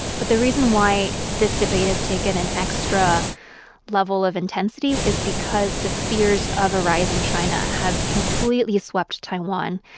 but the reason why this debate has taken an extra level of intensity is because the fears of a rising china have completely swept taiwan.